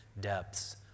depths